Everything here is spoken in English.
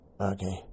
Okay